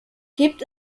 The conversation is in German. gibt